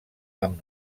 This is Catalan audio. amb